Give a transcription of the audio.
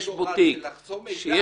שיש